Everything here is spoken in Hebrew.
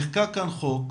נחקק כאן חוק,